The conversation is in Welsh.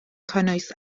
cynnwys